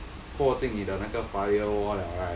破进你的那个 firewall 了 right